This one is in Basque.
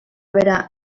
bera